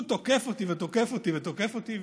הוא תוקף אותי ותוקף אותי ותוקף אותי,